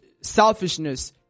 selfishness